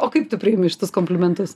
o kaip tu priimi šitus komplimentus